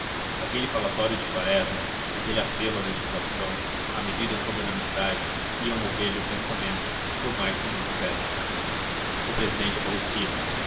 aquele falatório de quaresma aquele apelo à legislação a medidas governamentais iam mover lhe o pensamento por mais que não quisesse o presidente aborrecia-se